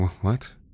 What